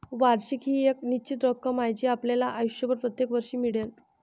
वार्षिकी ही एक निश्चित रक्कम आहे जी आपल्याला आयुष्यभर प्रत्येक वर्षी मिळेल